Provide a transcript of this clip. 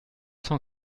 cent